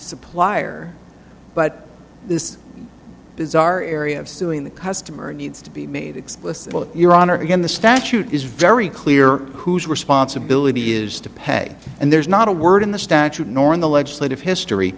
supplier but this is our area of suing the customer needs to be made explicit your honor again the statute is very clear whose responsibility is to pay and there's not a word in the statute nor in the legislative history